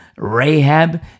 Rahab